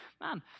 man